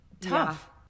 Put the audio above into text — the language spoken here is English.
tough